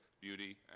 beauty